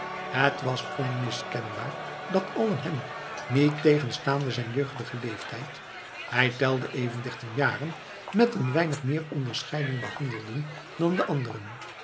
het was onmiskenbaar dat allen hem niettegenstaande zijn jeugdigen leeftijd hij telde even dertien jaren met een weinig meer onderscheiding behandelden dan de anderen